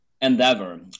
endeavor